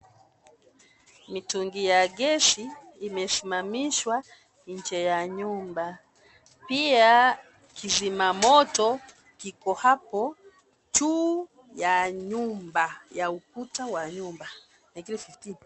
Mitungi ya gesi ,imesimamishwa nje ya nyumba. Pia, kizima moto kiko hapo juu ya nyumba ya ukuta wa nyumba.